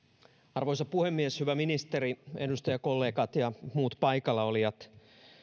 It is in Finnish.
arvoisa puhemies hyvä ministeri edustajakollegat ja muut paikallaolijat